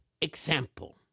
example